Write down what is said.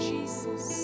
Jesus